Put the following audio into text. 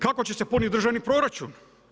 Kako će se puniti državni proračun?